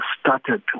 started